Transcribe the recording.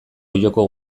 olloko